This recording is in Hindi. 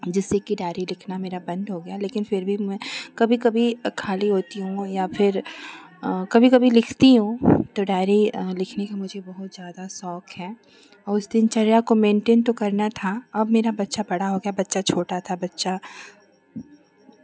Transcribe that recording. जिससे की डायरी लिखना मेरा बन्द हो गया लेकिन फिर भी मैं कभी कभी वह खाली होती हूँ या फिर कभी कभी लिखती हूँ तो डायरी लिखने की मुझे बहुत ज़्यादा शौक है और दिनचर्या को मेंटेन तो करना था अब मेरा बच्चा बड़ा हो गया बच्चा छोटा था बच्चा